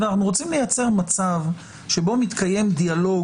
אנחנו רוצים לייצר מצב שבו מתקיים דיאלוג